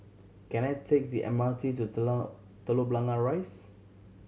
can I take the M R T to Telok Blangah Rise